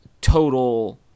total